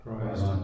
Christ